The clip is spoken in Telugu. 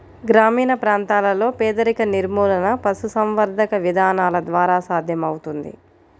గ్రామీణ ప్రాంతాలలో పేదరిక నిర్మూలన పశుసంవర్ధక విధానాల ద్వారా సాధ్యమవుతుంది